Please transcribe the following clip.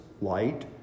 light